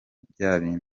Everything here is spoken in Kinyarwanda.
byabindi